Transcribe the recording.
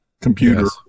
computer